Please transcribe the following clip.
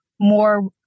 more